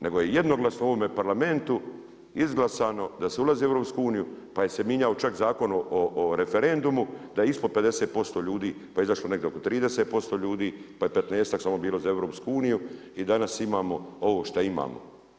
Nego je jednoglasno u ovome Parlamentu izglasano da se ulazi u EU, pa se mijenjao čak Zakon o referendumu, da ispod 50% ljudi pa je izašlo negdje oko 30% ljudi, pa je 15-tak samo bilo za EU i danas imamo ovo što imamo.